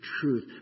truth